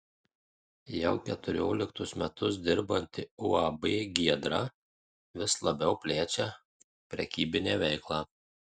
jau keturioliktus metus dirbanti uab giedra vis labiau plečia prekybinę veiklą